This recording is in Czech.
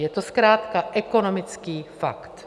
Je to zkrátka ekonomický fakt.